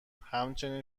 همچنین